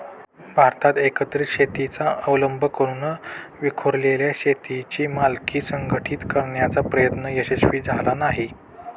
भारतात एकत्रित शेतीचा अवलंब करून विखुरलेल्या शेतांची मालकी संघटित करण्याचा प्रयत्न यशस्वी झाला नाही